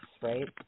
Right